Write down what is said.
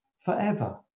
forever